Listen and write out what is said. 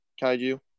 Kaiju